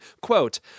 quote